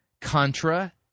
Contra